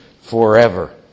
Forever